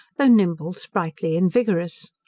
though nimble, sprightly, and vigorous.